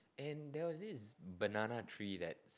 and there was this banana tree that's